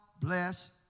bless